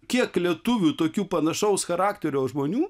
kiek lietuvių tokių panašaus charakterio žmonių